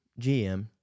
GM